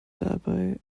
dabei